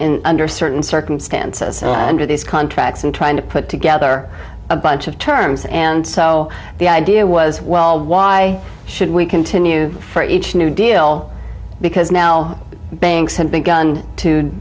in under certain circumstances and under these contracts and trying to put together a bunch of terms and so the idea was well why should we continue for each new deal because now banks have begun to